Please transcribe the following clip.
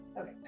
Okay